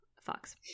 Fox